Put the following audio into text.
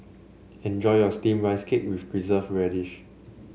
enjoy your steamed Rice Cake with Preserved Radish